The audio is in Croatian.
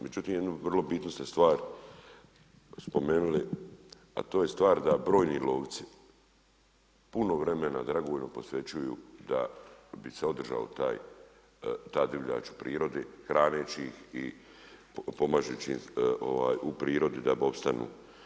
Međutim, jednu vrlo bitnu ste stvar spomenu a to je stvar da brojni lovci puno vremena dragovoljno posvećuju da bi se održala ta divljač u prirodi, hraneći ih i pomažući im u prirodi da opstanu.